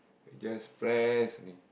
just press only